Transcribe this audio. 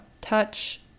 touch